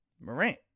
Morant